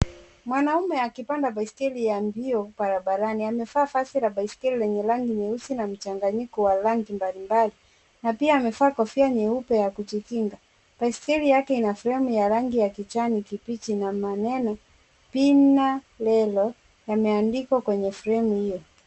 Mwanaume akipanda baiskeli ya mbio barabarani. Amevaa vazi la baiskeli lenye rangi nyeusi na mchanganyiko wa rangi mbal mbali na pia amevaa kofia nyeupe ya kujikinga. Baiskeli yake ina fremu ya rangi ya kijani kibichi na maneno Pina Rello yameandikwa kwenye fremu hio.